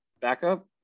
backup